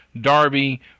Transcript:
Darby